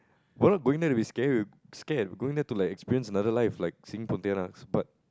we're not going there to be scare~ scared going there to like experience another life like seeing Pontianak's but